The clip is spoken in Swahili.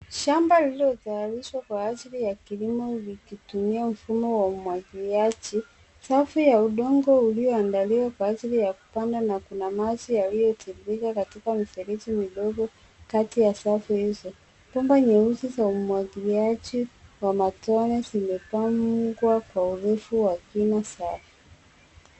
Shamba lililotayarishwa kwa ajili ya kilimo likitumia mfumo wa umwagiliaji, safu ya udongo ulioandaliwa kwa ajili ya kupanda na kuna maji yaliyotiririka katika mifereji midogo kati ya safu hizo. Bomba nyeusi za umwagiliaji wa matone zimepangwa kwa urefu wa kina zao.